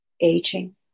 aging